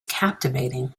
captivating